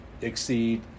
exceed